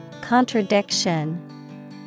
Contradiction